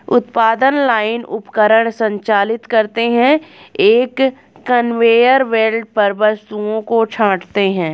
उत्पादन लाइन उपकरण संचालित करते हैं, एक कन्वेयर बेल्ट पर वस्तुओं को छांटते हैं